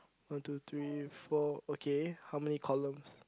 one two three four okay how many columns